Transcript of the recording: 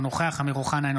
אינו נוכח אמיר אוחנה,